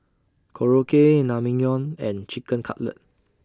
Korokke Naengmyeon and Chicken Cutlet